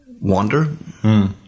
Wander